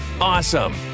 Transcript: Awesome